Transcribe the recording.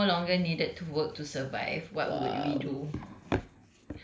if humans no longer needed to work to survive what would we do